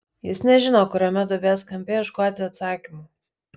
jis nežino kuriame duobės kampe ieškoti atsakymų